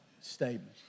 statement